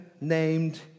named